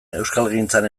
euskalgintzan